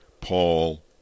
paul